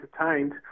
entertained